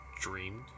dreamed